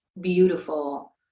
beautiful